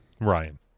ryan